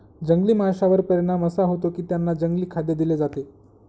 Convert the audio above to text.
जंगली माशांवर परिणाम असा होतो की त्यांना जंगली खाद्य दिले जाते